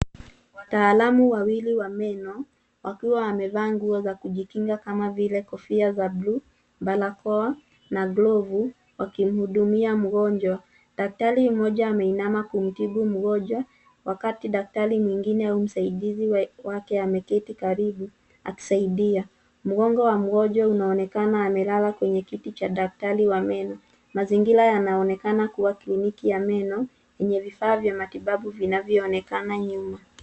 Wataalamu wawili wa meno, wakiwa wamevaa nguo za kujikinga kama vile kofia za buluu barakoa na glovu wakihudumia mgonjwa. Daktari moja ameinama kumtibu mgonjwa wakati daktari mwingine au msaidizi wake ameketi karibu akisaidia. Mgongo wa mgonjwa unaonekana amelala kwenye kiti cha daktari wa meno. Mazingira yanaonekana kuwa kiliniki ya meno yenye vifaa vya matibabu vinavyoonekana nyuma.